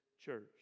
church